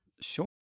Sure